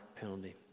penalty